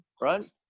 right